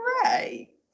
Great